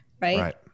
Right